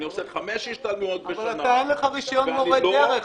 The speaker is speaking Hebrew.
אני עושה חמש השתלמויות בשנה --- אין לך רישיון מורה דרך.